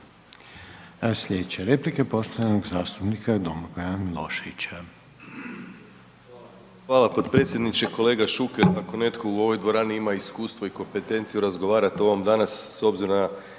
Slijedeće replike poštovanog zastupnika Domagoja Miloševića.